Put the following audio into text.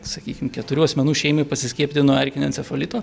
sakykim keturių asmenų šeimai pasiskiepyti nuo erkinio encefalito